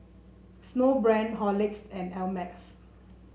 Snowbrand Horlicks and Ameltz